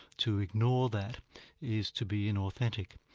to ignore that is to be inauthentic,